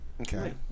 Okay